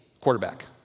quarterback